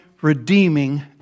redeeming